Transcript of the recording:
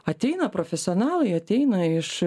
ateina profesionalai ateina iš